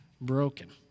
broken